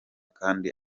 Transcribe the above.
kandi